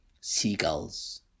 seagulls